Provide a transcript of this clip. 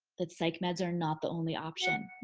that psych meds are not the only option.